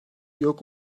yok